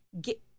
get